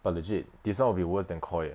but legit this [one] will be worse than KOI eh